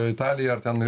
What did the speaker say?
italija ar ten